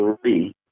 three